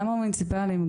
גם המוניציפליים,